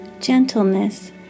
gentleness